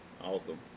awesome